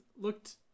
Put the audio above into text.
looked